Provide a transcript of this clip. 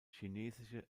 chinesische